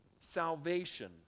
salvation